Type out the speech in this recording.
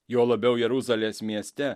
juo labiau jeruzalės mieste